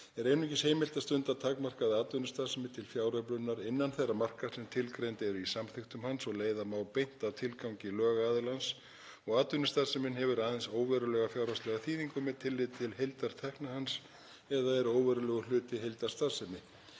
er einungis heimilt að stunda takmarkaða atvinnustarfsemi til fjáröflunar innan þeirra marka sem tilgreind eru í samþykktum hans og leiða má beint af tilgangi lögaðilans og atvinnustarfsemin hefur aðeins óverulega fjárhagslega þýðingu með tilliti til heildartekna hans eða er óverulegur hluti heildarstarfsemi.